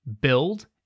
build